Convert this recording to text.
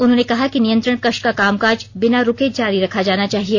उन्होंने कहा कि नियंत्रण कक्ष का कामकाज बिना रुके जारी रखा जाना चाहिए